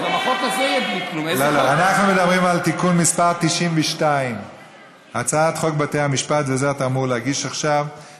אנחנו מדברים על תיקון מס' 92. סליחה, אני מתנצל.